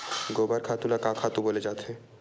गोबर खातु ल का खातु बोले जाथे?